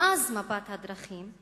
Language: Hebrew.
מאז מפת הדרכים,